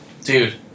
Dude